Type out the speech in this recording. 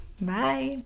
bye